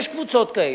יש קבוצות כאלה,